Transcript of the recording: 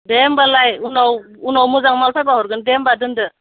दे होमब्लालाय उनाव उनाव मोजां माल फायब्ला हरगोन दे होमब्ला दोनदो